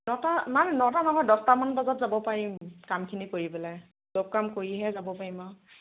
নটা মানে নটা নহয় দছটামান বজাত যাব পাৰিম কামখিনি কৰি পেলাই চব কাম কৰিহে যাব পাৰিম আৰু